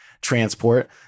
transport